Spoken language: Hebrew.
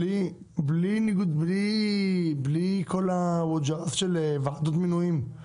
בלי כל הסיפור של ועדות מינויים.